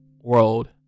world